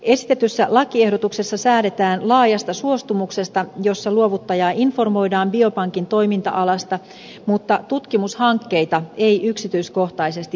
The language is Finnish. esitetyssä lakiehdotuksessa säädetään laajasta suostumuksesta jossa luovuttajaa informoidaan biopankin toiminta alasta mutta tutkimushankkeita ei yksityiskohtaisesti määritellä